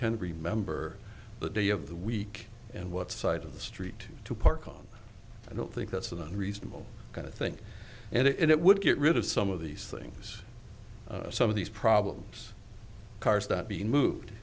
can remember the day of the week and what side of the street to park on i don't think that's an unreasonable kind of thing and it would get rid of some of these things some of these problems cars that being moved